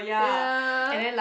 ya